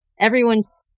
everyone's